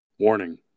Warning